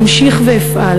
אמשיך ואפעל